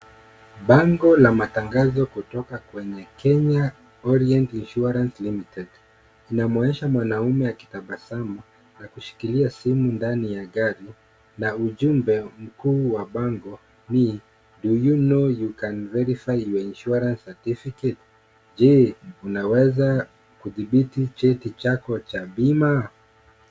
Bango la matangazo kutoka kwenye Kenya Orient Insurance Limited, unamwonyesha mwanaume akitabasamu, na kushikilia simu ndani ya gari, na ujumbe mkuu wa bango ni: Do you know you can verify your insurance certificate? Je, unaweza kuthibiti cheti chako cha bima?.